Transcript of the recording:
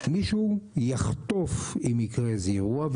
מישהו יחטוף אם יקרה אירוע,